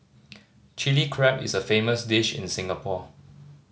Chilli Crab is a famous dish in Singapore